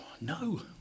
No